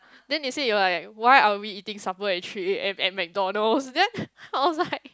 then they say you're like why are we eating supper at three A_M at McDonald's then I was like